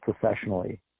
professionally